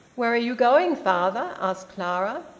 where are you going, father? asked clara.